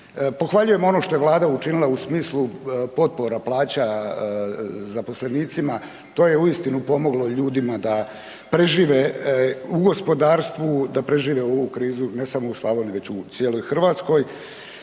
Pohvaljujem ono što je Vlada učinila u smislu potpora plaća zaposlenicima, to je uistinu pomoglo ljudima da prežive u gospodarstvu, da prežive ovu krizu, ne samo u Slavoniji, već u cijeloj Hrvatskoj